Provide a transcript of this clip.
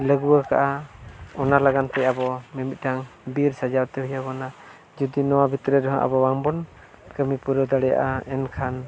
ᱞᱟᱹᱜᱩ ᱟᱠᱟᱜᱼᱟ ᱚᱱᱟ ᱞᱟᱹᱜᱤᱫᱼᱛᱮ ᱟᱵᱚ ᱢᱤᱢᱤᱫᱴᱟᱝ ᱵᱤᱨ ᱥᱟᱡᱟᱣᱛᱮ ᱦᱩᱭ ᱟᱵᱚᱱᱟ ᱡᱩᱫᱤ ᱱᱚᱣᱟ ᱵᱷᱤᱛᱨᱤ ᱨᱮᱦᱚᱸ ᱟᱵᱚ ᱵᱟᱝᱵᱚᱱ ᱠᱟᱹᱢᱤ ᱯᱩᱨᱟᱹᱣ ᱫᱟᱲᱮᱭᱟᱜᱼᱟ ᱮᱱᱠᱷᱟᱱ